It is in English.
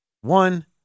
One